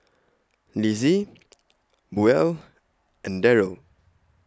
Lissie Buel and Darell